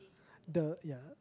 the ya